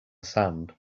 sand